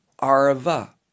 Arava